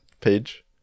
page